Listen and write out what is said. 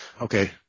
okay